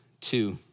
two